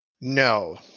No